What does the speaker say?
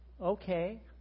okay